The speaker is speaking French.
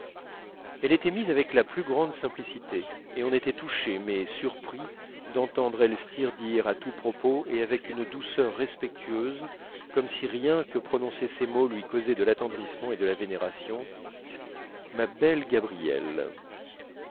elle était mise avec la plus grande simplicité et on était touché mais surpris d'entendre elstir dire à tout propos et avec une douceur respectueuse comme si rien que prononcer ces mots lui causait de l'attendrissement et de la vénération ma belle gabrielle